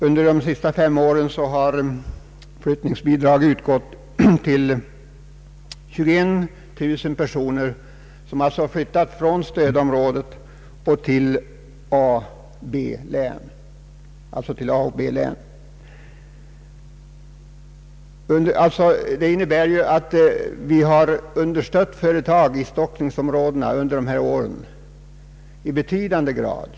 Under de sista fem åren har flyttningsbidrag utgått till 21 000 personer som har flyttat från stödområdet till AB-länet. Det innebär att vi i betydande utsträckning har understött företag i stockningsområdena under dessa år.